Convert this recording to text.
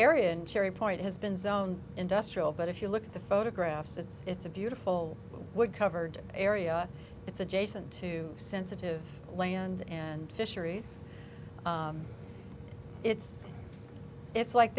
area in cherry point has been zone industrial but if you look at the photographs it's it's a beautiful wood covered area it's adjacent to sensitive land and fisheries it's it's like